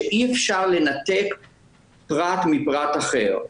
שאי אפשר לנתק פרט מפרט אחר.